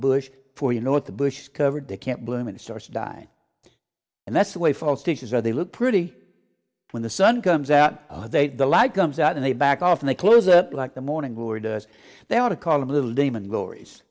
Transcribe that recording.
bush for you know what the bush covered they can't bloom and starts to die and that's the way false teachers are they look pretty when the sun comes out they the light comes out and they back off and they close it like the morning we were they ought to call them little demon glories